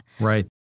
Right